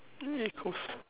eh close